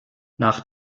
nach